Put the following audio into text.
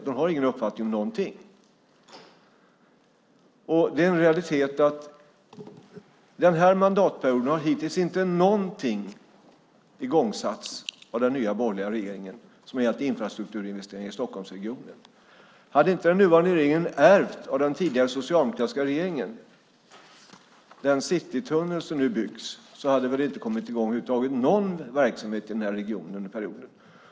Hon har ingen uppfattning om någonting. Det är en realitet att under den här mandatperioden har hittills inte någonting igångsatts av den nya, borgerliga regeringen som har gällt infrastrukturinvesteringar i Stockholmsregionen. Hade inte den nuvarande regeringen ärvt av den tidigare, socialdemokratiska regeringen den citytunnel som nu byggs, hade det väl över huvud taget inte kommit i gång någon verksamhet i den här regionen under mandatperioden.